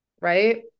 right